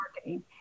marketing